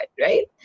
right